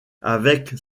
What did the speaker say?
avec